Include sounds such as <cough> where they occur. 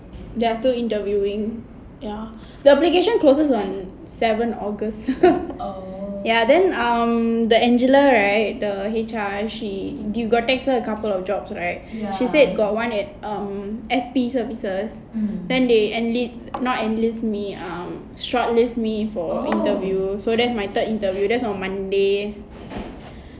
they are still interviewing ya the application closes on seventh august <laughs> ya then um the angela right the H_R err she you got text her a couple of jobs right she said got [one] at um S_P services then they enlist not enlist me um shortlist me for interview so that's my third interview that's on monday